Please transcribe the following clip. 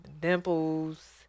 dimples